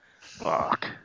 Fuck